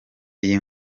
iyi